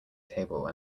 table